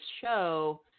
show